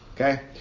Okay